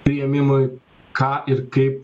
priėmimui ką ir kaip